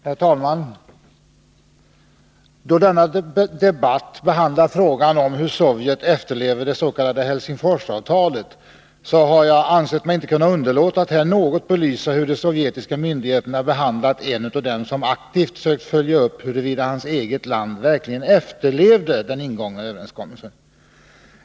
Herr talman! Då denna debatt behandlar frågan om hur Sovjet efterlever det s.k. Helsingforsavtalet anser jag mig inte kunna underlåta att något belysa hur de sovjetiska myndigheterna behandlat en av dem som aktivt försökt följa upp huruvida hans eget land verkligen efterlever den ingångna överenskommelsen.